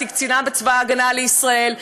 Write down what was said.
הייתי קצינה בצבא ההגנה לישראל,